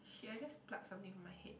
shit I just pluck something from my head